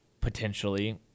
potentially